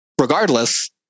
regardless